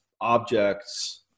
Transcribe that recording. objects